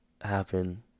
happen